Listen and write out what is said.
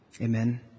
Amen